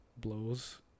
blows